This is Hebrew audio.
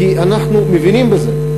כי אנחנו מבינים בזה.